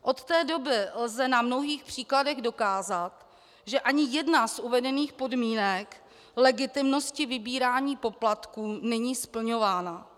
Od té doby lze na mnohých příkladech dokázat, že ani jedna z uvedených podmínek legitimnosti vybírání poplatků není splňována.